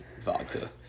vodka